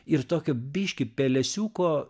ir tokio biškį pelėsiuko